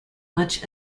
much